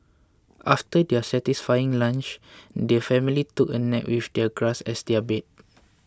after their satisfying lunch the family took a nap with the grass as their bed